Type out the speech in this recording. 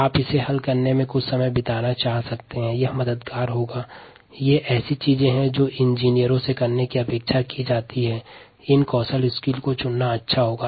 अभ्यास समस्या वह है जो अभियंता से करने की अपेक्षा की जाती है और इन कौशलों पर ध्यान देना लाभकारी होता है